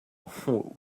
what